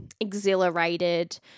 exhilarated